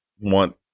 want